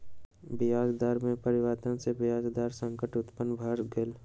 ब्याज दर में परिवर्तन सॅ ब्याज दर संकट उत्पन्न भ गेल